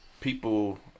people